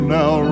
now